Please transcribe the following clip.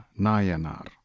Nayanar